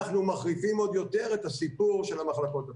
אנחנו מחריפים עוד יותר את הסיפור של המחלקות הפנימיות.